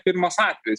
pirmas atvejis